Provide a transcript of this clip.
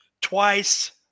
twice